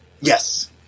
Yes